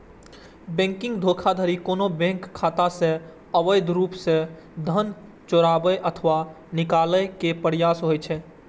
banking धोखाधड़ी कोनो bank खाता सं अवैध रूप सं धन चोराबै अथवा निकाले के प्रयास होइ छै